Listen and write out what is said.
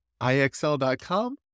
IXL.com